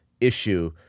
issue